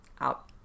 out